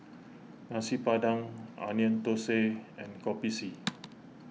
Nasi Padang Onion Thosai and Kopi C